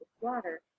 water